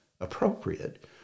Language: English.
appropriate